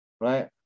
right